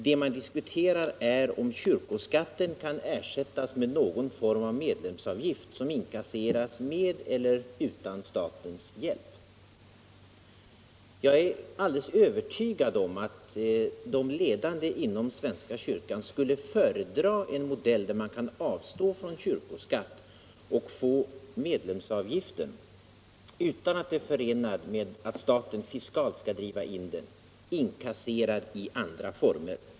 Det som man diskuterar är närmast om kyrkoskatten kan ersättas med någon form av medlemsavgift, som inkasseras med eller utan statens hjälp. Jag är alldeles övertygad om att de ledande inom svenska kyrkan skulle föredra en modell där man kan avstå från kyrkoskatt och få medlemsavgiften inkasserad på annat sätt än genom att staten fiskalt driver in den.